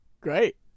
great